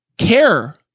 care